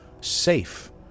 safe